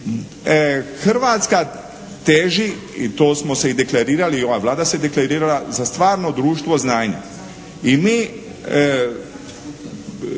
Hrvatska teži i to smo se i deklarirali, i ova se deklarirala za stvarno društvo znanja i mi